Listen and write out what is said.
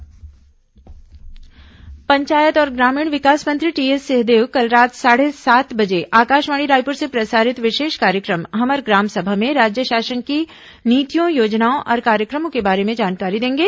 हमर ग्राम सभा पंचायत और ग्रामीण विकास मंत्री टीएस सिंहदेव कल रात साढ़े सात बजे आकाशवाणी रायपुर से प्रसारित विशेष कार्यक्रम हमर ग्राम सभा में राज्य शासन की नीतियों योजनाओं और कार्यक्रमों के बारे में जानकारी देंगे